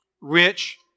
rich